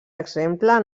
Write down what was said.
exemple